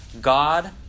God